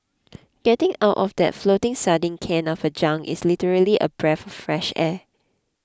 getting out of that floating sardine can of a junk is literally a breath fresh air